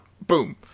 boom